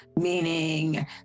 meaning